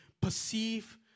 perceive